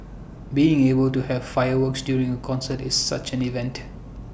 being able to have fireworks during A concert is such an event